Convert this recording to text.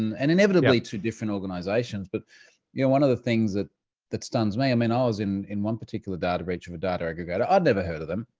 and inevitably, to different organizations. but yeah one of the things that that stuns me, i mean, i was in in one particular breach of a data aggregator. i'd never heard of them.